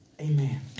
Amen